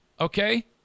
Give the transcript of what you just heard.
Okay